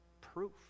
proof